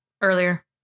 Earlier